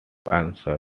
answer